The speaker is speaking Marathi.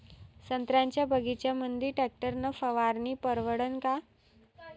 संत्र्याच्या बगीच्यामंदी टॅक्टर न फवारनी परवडन का?